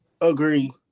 Agree